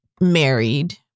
married